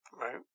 Right